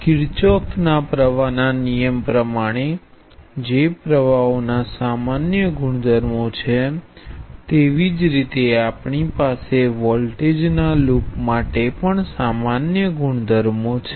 કિર્ચોફના પ્ર્વાહ ના નિયમ પ્રમાણે જે પ્રવાહોના સામાન્ય ગુણધર્મો છે તેવી જ રીતે આપણી પાસે વોલ્ટેજના લૂપ માટે પણ સામાન્ય ગુણધર્મો છે